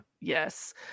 Yes